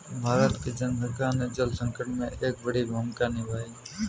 भारत की जनसंख्या ने जल संकट में एक बड़ी भूमिका निभाई है